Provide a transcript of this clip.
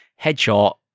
headshot